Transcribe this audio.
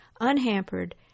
unhampered